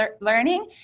learning